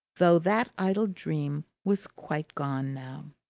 though that idle dream was quite gone now.